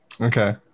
Okay